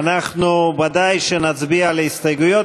אנחנו בוודאי נצביע על ההסתייגויות.